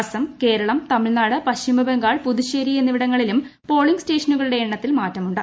അസം കേരളം തമിഴ്നാട് പശ്ചിമബംഗാൾ പുതുചേരി എന്നിവിടങ്ങളിലും പോളിംഗ് സ്റ്റേഷനുകളുടെ എണ്ണത്തിൽ മാറ്റമുണ്ട്